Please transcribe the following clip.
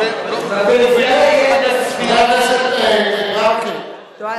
וקובעים מבחני, בפריפריה יש, חבר הכנסת ברכה, טוב.